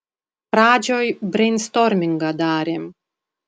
pradžioj breinstormingą darėm